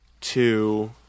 two